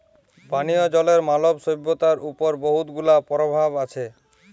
পানীয় জলের মালব সইভ্যতার উপর বহুত গুলা পরভাব আছে